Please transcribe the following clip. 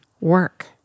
work